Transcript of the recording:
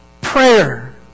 prayer